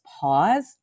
pause